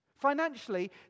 Financially